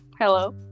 Hello